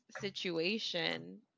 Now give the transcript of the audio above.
situation